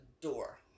door